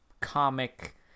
comic